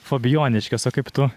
fabijoniškes o kaip tu